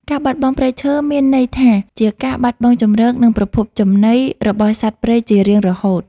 ការបាត់បង់ព្រៃឈើមានន័យថាជាការបាត់បង់ជម្រក និងប្រភពចំណីរបស់សត្វព្រៃជារៀងរហូត។